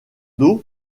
dos